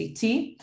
CT